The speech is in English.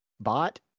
bot